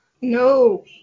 No